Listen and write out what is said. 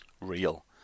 real